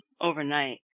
overnight